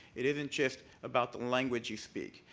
it isn't just about the language you speak.